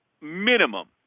minimum